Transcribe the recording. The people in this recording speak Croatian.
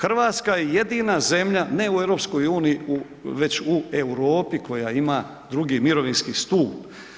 Hrvatska je jedina zemlja, ne u EU, već u Europi koja ima II. mirovinski stup.